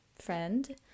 friend